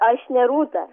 aš ne rūta